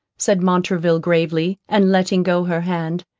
said montraville gravely, and letting go her hand,